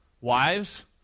Wives